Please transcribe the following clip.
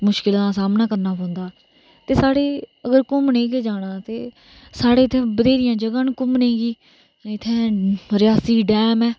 मुश्कलें दा सामना करना पौंदा ते साढ़े अगर घूमने गी जाना ते साढ़े इत्थै बथ्हेरियां जगहां ना घूमने गी इत्थै रियासी डैम